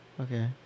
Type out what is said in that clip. Okay